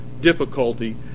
difficulty